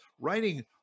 writing